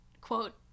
quote